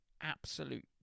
absolute